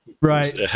Right